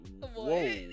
whoa